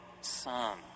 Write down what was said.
son